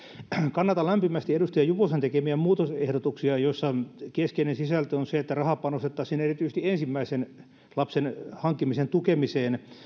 kannatan lämpimästi edustaja juvosen tekemiä muutosehdotuksia joissa keskeinen sisältö on se että rahaa panostettaisiin erityisesti ensimmäisen lapsen hankkimisen tukemiseen